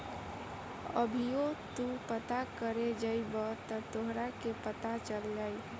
अभीओ तू पता करे जइब त तोहरा के पता चल जाई